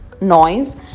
Noise